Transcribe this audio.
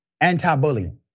anti-bullying